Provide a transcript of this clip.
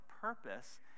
purpose